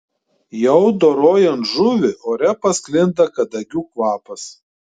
jau dorojant žuvį ore pasklinda kadagių kvapas